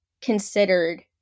considered